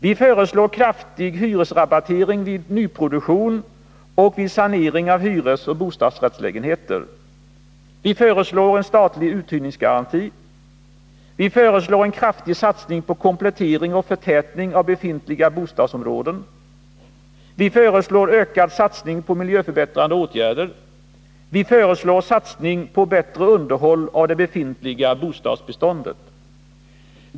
Vi föreslår: kraftig satsning på komplettering och förtätning av befintliga bostadsområden, ökad satsning på miljöförbättrande åtgärder och satsning på bättre underhåll av det befintliga bostadsbeståndet.